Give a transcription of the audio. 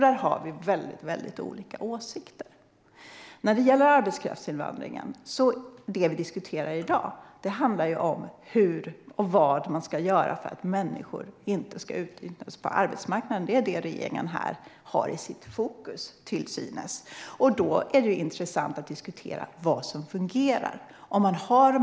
Där har vi väldigt olika åsikter. Det som vi diskuterar i dag - när det gäller arbetskraftsinvandringen - handlar om hur och vad man ska göra för att människor inte ska utnyttjas på arbetsmarknaden. Det är detta som regeringen till synes har i fokus. Då är det ju intressant att diskutera vad som fungerar.